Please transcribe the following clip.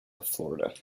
florida